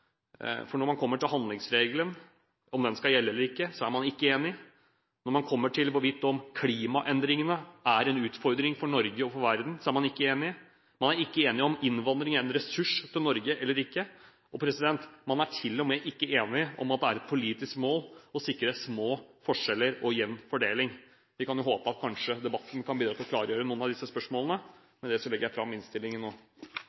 For når man kommer til handlingsregelen, om den skal gjelde eller ikke, er man ikke enig. Når man kommer til hvorvidt klimaendringene er en utfordring for Norge og for verden, er man ikke enig. Man er ikke enig om hvorvidt innvandring er en ressurs for Norge, eller ikke. Man er ikke engang enig om at det er et politisk mål å sikre små forskjeller og jevn fordeling. Vi kan jo håpe at debatten kanskje kan bidra til å klargjøre noen av disse